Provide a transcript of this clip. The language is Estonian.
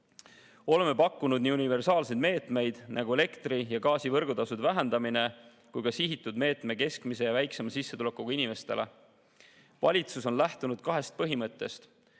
Oleme pakkunud nii universaalseid meetmeid, nagu elektri- ja gaasivõrgutasude vähendamine, kui ka sihitud meetme keskmise ja väiksema sissetulekuga inimestele. Valitsus on lähtunud kahest põhimõttest: